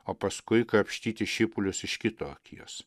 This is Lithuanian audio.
o paskui krapštyti šipulius iš kito akies